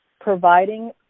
providing